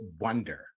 wonder